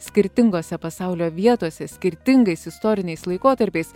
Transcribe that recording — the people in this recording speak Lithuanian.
skirtingose pasaulio vietose skirtingais istoriniais laikotarpiais